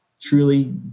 truly